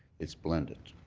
it's blended.